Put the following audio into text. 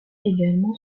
également